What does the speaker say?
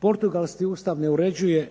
Portugalski ustav ne uređuje